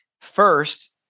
First